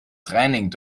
training